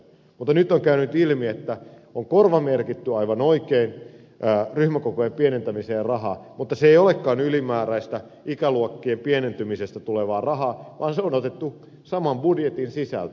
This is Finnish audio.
mutta nyt on käynyt ilmi että on korvamerkitty aivan oikein ryhmäkokojen pienentämiseen rahaa mutta se ei olekaan ylimääräistä ikäluokkien pienentymisestä tulevaa rahaa vaan se on otettu saman budjetin sisältä